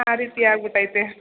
ಆ ರೀತಿ ಆಗಿಬಿಟೈತೆ